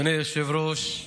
אדוני היושב-ראש,